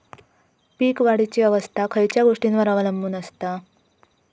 पीक वाढीची अवस्था खयच्या गोष्टींवर अवलंबून असता?